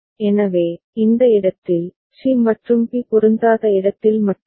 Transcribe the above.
எனவே இந்த இடத்தில் சி மற்றும் பி பொருந்தாத இடத்தில் மட்டுமே